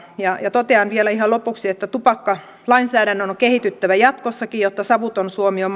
totean vielä ihan lopuksi että tupakkalainsäädännön on on kehityttävä jatkossakin jotta savuton suomi on